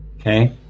okay